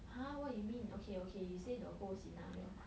!huh! what you mean okay okay you say the whole scenario